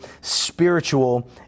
spiritual